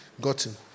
gotten